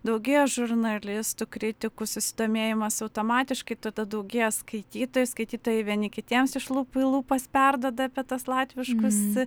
daugėja žurnalistų kritikų susidomėjimas automatiškai tada daugėja skaitytojų skaitytojai vieni kitiems iš lūpų į lūpas perduoda apie tuos latviškus